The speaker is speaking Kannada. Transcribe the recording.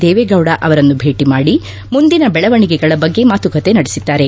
ದೇವೇಗೌಡ ಅವರನ್ನು ಭೇಟ ಮಾಡಿ ಮುಂದಿನ ಬೆಳವಣಿಗೆಗಳ ಬಗ್ಗೆ ಮಾತುಕತೆ ನಡೆಸಿದ್ದಾರೆ